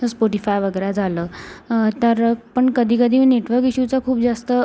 जसं स्पोटीफाय वगैरे झालं तर पण कधी कधी नेटवर्क इश्यूचा खूप जास्त